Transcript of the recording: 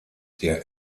der